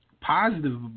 positive